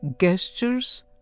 gestures